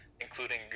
including